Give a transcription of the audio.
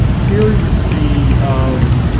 here, you see, um